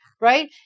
right